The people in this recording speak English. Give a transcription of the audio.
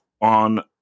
on